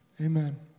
amen